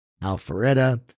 Alpharetta